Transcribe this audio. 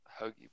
Huggy